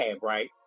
right